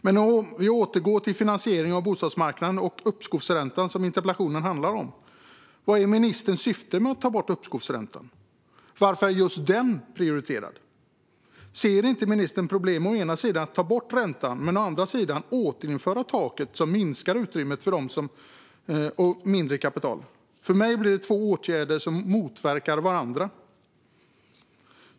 Jag vill dock återgå till finansieringen av bostadsmarknaden och uppskovsräntan, som interpellationen handlar om. Vad är ministerns syfte med att ta bort uppskovsräntan? Varför är just den prioriterad? Ser inte ministern problem med att å ena sidan ta bort räntan och å andra sidan återinföra det tak som minskar utrymmet för dem som har mindre kapital? För mig blir detta två åtgärder som motverkar varandra.